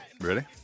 Ready